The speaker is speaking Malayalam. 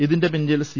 ഇതിന്റെ പിന്നിൽ സി